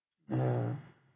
ya